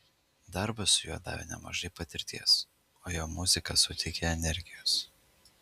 darbas su juo davė nemažai patirties o jo muzika suteikia energijos